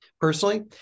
personally